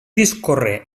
discorre